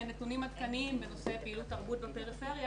ונתונים עדכניים בנושא פעילות תרבות בפריפריה